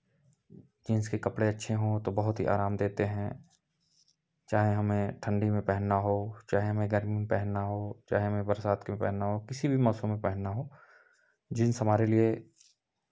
jeans के कपड़े अच्छे हों तो बहुत ही आराम देते हैं चाहे हमें ठंडी में पहनना हो चाहे हमें गर्मी में पहनना हो चाहे हमें बरसात में पहनना हो किसी भी मौसम में पहनना हो जींस हमारे लिए